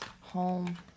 Home